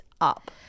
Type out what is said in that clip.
up